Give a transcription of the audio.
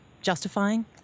justifying